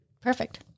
Perfect